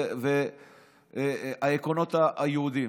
העקרונות היהודיים.